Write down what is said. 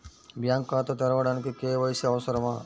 Bank ఖాతా తెరవడానికి KYC అవసరమా?